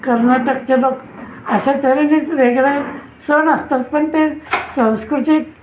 कर्नाटकचे लोक अशा तऱ्हेनेच वेगळे सण असतात पण ते संस्कृती